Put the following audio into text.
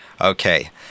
Okay